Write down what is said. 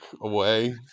away